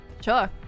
Sure